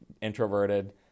introverted